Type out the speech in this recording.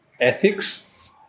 ethics